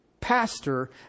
pastor